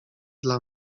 dla